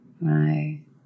Right